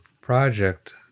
project